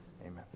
amen